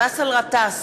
באסל גטאס,